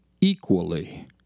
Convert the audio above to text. equally